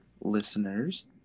listeners